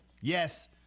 Yes